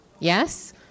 Yes